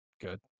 good